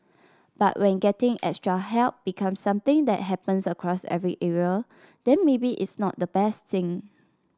but when getting extra help becomes something that happens across every area then maybe it's not the best thing